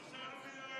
החוק הבא,